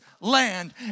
land